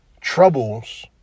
troubles